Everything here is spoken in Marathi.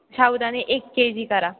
साबुदाणे एक के जी करा